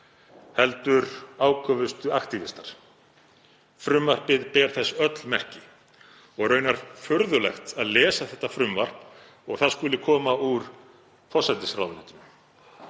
heldur áköfustu aktívistar. Frumvarpið ber þess öll merki og raunar furðulegt að lesa það og að það skuli koma úr forsætisráðuneytinu